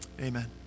amen